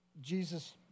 Jesus